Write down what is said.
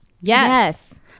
Yes